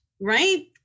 Right